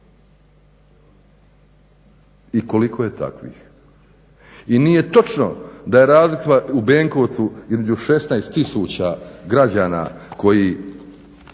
I koliko je takvih? I nije točno da je razlika u Benkovcu između 16000 građana koji